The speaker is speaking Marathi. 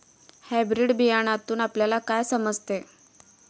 हायब्रीड बियाण्यातून आपल्याला काय समजते?